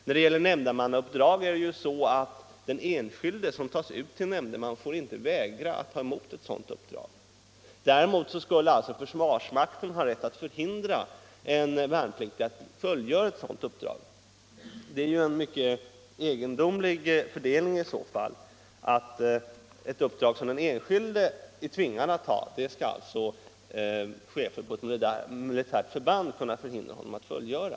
När det gäller nämndemannauppdrag får ju den enskilde som tas ut till sådant uppdrag inte vägra att ta emot det. Däremot skulle alltså försvarsmakten ha rätt att hindra en värnpliktig att fullgöra ett sådant uppdrag. Det är i så fall en mycket egendomlig ordning. Det uppdrag som den enskilde är tvingad att ta skall alltså chefen på ett militärt förband kunna hindra honom att fullgöra.